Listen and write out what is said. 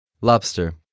Lobster